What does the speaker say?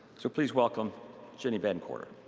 so please welcome gini von courter